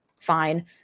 fine